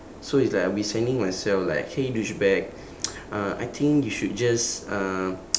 so it's like I'll be sending myself like !hey! douchebag uh I think you should just uh